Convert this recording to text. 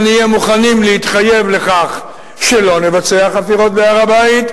אנחנו נהיה מוכנים להתחייב לכך שלא נבצע חפירות בהר-הבית,